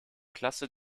klasse